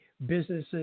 businesses